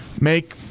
Make